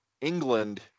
England